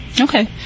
Okay